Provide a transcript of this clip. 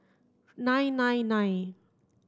nine nine nine